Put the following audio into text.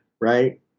right